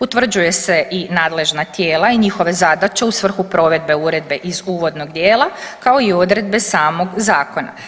Utvrđuje se i nadležna tijela i njihove zadaće u svrhu provedbe uredbe iz uvodnog dijela, kao i odredbe samog zakona.